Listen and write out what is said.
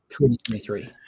2023